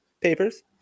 papers